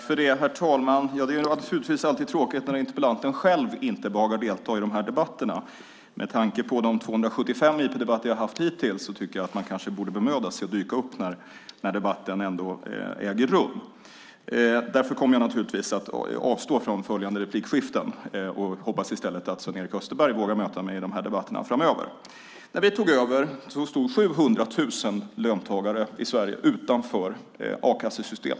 Herr talman! Det är naturligtvis alltid tråkigt när interpellanten själv inte behagar delta i debatten. Med tanke på de 275 interpellationsdebatter jag har haft hittills tycker jag att man borde bemöda sig om att dyka upp när debatten äger rum. Därför kommer jag naturligtvis att avstå från ytterligare inlägg i debatten och hoppas att Sven-Erik Österberg i stället vågar möta mig i de här debatterna framöver. När vi tog över stod 700 000 löntagare i Sverige utanför a-kassesystemet.